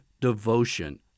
devotion